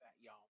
y'all